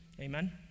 Amen